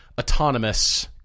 autonomous